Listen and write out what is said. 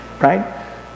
right